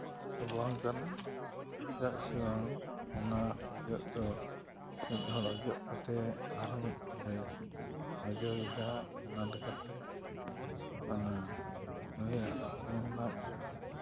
ᱵᱟᱝ ᱠᱟᱱᱟ ᱪᱮᱫᱟᱜ ᱥᱮ ᱚᱱᱟ ᱚᱡᱚᱜ ᱫᱚ ᱢᱤᱫᱦᱚᱲ ᱚᱡᱚᱜ ᱠᱟᱛᱮ ᱟᱨᱦᱚᱸ ᱢᱤᱫ ᱦᱚᱲᱮ ᱚᱡᱚᱜ ᱮᱫᱟ ᱚᱱᱟ ᱞᱮᱠᱟᱛᱮ ᱚᱱᱟ ᱱᱩᱭᱟᱜ ᱦᱚᱲᱢᱚ ᱨᱮᱱᱟᱜ ᱡᱟᱦᱟᱸ